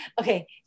Okay